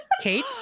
kate